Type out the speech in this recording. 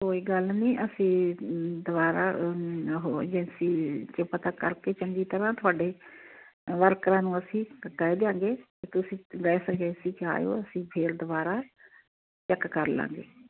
ਕੋਈ ਗੱਲ ਨਹੀਂ ਅਸੀਂ ਦੁਬਾਰਾ ਉਹ ਜੀ ਅਸੀਂ ਜੇ ਪਤਾ ਕਰਕੇ ਚੰਗੀ ਤਰ੍ਹਾਂ ਤੁਹਾਡੇ ਵਰਕਰਾਂ ਨੂੰ ਅਸੀਂ ਕਹਿ ਦਿਆਂਗੇ ਕਿ ਤੁਸੀਂ ਅਸੀਂ ਫਿਰ ਦੁਬਾਰਾ ਚੈੱਕ ਕਰ ਲਵਾਂਗੇ